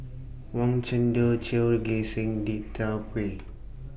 Wang Chunde Ghim Seng